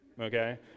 Okay